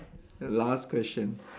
last question